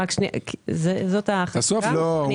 ואם השר לא מביא תקנות?